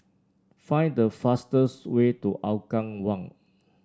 find the fastest way to Hougang One